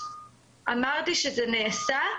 אמרתי שזה נעשה,